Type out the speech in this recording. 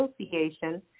Association